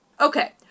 okay